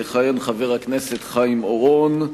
יכהן חבר הכנסת חיים אורון.